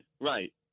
Right